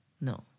No